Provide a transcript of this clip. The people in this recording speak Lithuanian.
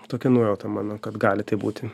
tokia nuojauta mano kad gali taip būti